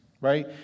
Right